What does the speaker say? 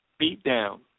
beatdown